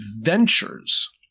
adventures